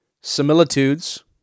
similitudes